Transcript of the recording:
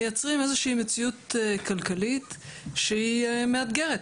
מייצרים איזו שהיא מציאות כלכלית שהיא מאתגרת,